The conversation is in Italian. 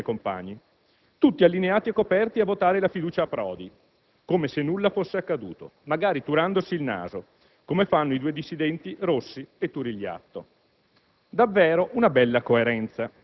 Ed oggi che succede? Contrordine, compagni! Tutti allineati e coperti a votare la fiducia a Prodi, come se nulla fosse accaduto, magari turandosi in naso, come fanno i due dissidenti Rossi e Turigliatto.